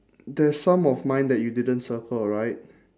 there's some of mine that you didn't circle right